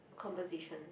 composition